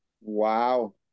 Wow